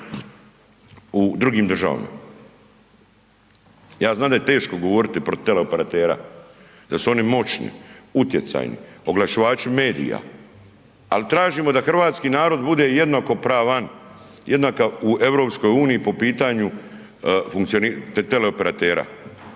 u drugim državama. Ja znam da je teško govoriti protiv teleoperatera jel su oni moćni, utjecajni, oglašivači medija, ali tražimo da hrvatski narod bude jednakopravan u EU po pitanju funkcioniranja teleoperatera.